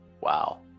Wow